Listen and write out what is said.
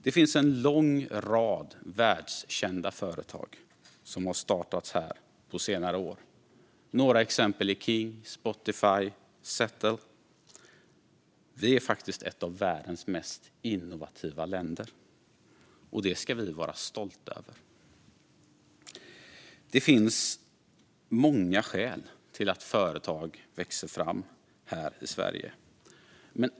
Det finns en lång rad världskända företag som har startats här på senare år; några exempel är King, Spotify och Zettle. Sverige är faktiskt ett av världens mest innovativa länder, och det ska vi i Sverige vara stolta över. Det finns många skäl till att företag växer fram här i Sverige.